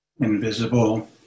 invisible